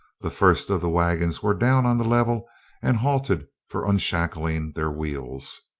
the first of the wagons were down on the level and halted for unshackling their wheels.